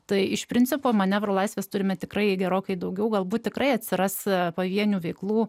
tai iš principo manevro laisvės turime tikrai gerokai daugiau galbūt tikrai atsiras pavienių veiklų